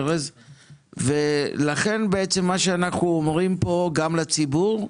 אנחנו אומרים פה גם לציבור: